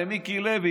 למיקי לוי,